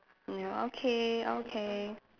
ya okay okay